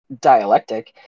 dialectic